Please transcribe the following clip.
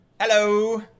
Hello